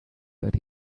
that